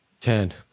Ten